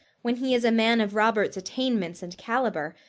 when he is a man of robert's attainments and calibre,